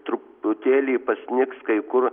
truputėlį pasnigs kai kur